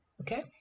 Okay